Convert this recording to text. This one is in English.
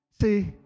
See